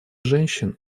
женщин